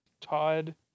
Todd